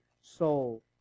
soul